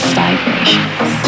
vibrations